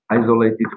isolated